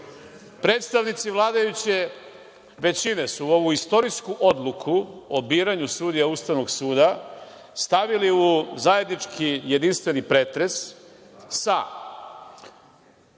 vladajuće većine su ovu istorijsku odluku o biranju sudija Ustavnog suda stavili u zajednički jedinstveni pretres sa: